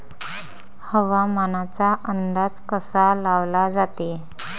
हवामानाचा अंदाज कसा लावला जाते?